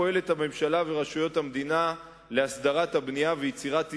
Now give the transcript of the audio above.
פועלות הממשלה ורשויות המדינה להסדרת הבנייה ויצירת הזדמנויות,